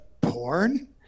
porn